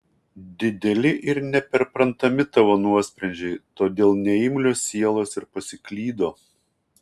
dideli ir neperprantami tavo nuosprendžiai todėl neimlios sielos ir pasiklydo